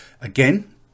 again